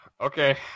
Okay